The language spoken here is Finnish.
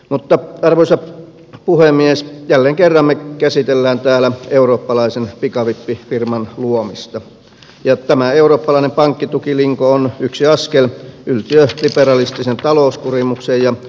mutta arvoisa puhemies jälleen kerran me käsittelemme täällä eurooppalaisen pikavippifirman luomista ja tämä eurooppalainen pankkitukilinko on yksi askel yltiöliberalistisen talouskurimuksen ja liittovaltiokehityksen tiellä